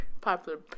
popular